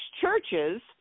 churches